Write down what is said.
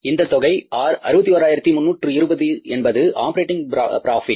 இந்தத் தொகை 61320 என்பது ஆப்பரேட்டிங் ப்ராபிட்